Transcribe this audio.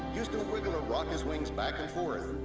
used to wiggle or rock his wings back and forth,